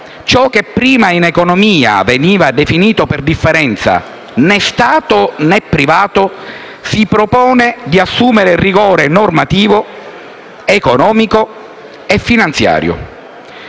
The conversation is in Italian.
ciò che prima, in economia, veniva definito per differenza né Stato né privato si propone di assumere rigore normativo, economico e finanziario.